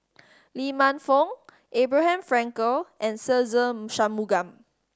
Lee Man Fong Abraham Frankel and Se Ze Shanmugam